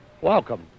welcome